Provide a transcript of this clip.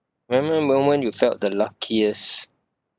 remember moment you felt the luckiest